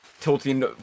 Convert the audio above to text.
tilting